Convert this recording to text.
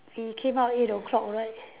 he came out eight o-clock right